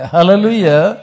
Hallelujah